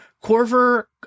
Corver